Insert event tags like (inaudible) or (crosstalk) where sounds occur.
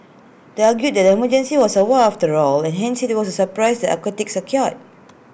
(noise) they argue that the emergency was A war after all and hence IT was surprise that atrocities occurred